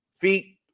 feet